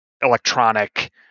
electronic